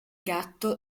gatto